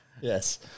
Yes